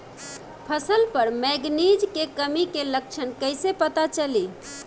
फसल पर मैगनीज के कमी के लक्षण कईसे पता चली?